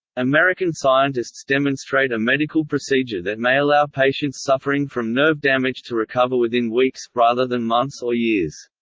american scientists demonstrate a medical procedure that may allow patients suffering from nerve damage to recover within weeks, rather than months or years.